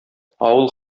авыл